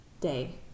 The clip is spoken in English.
day